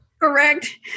correct